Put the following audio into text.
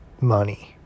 money